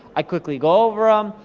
i quickly go over em,